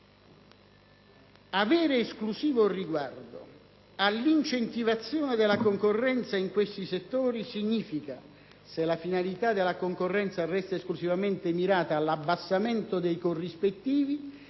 «Avere esclusivo riguardo all'incentivazione della concorrenza in questi settori significa, se la finalità della concorrenza resta esclusivamente mirata all'abbassamento dei corrispettivi,